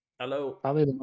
Hello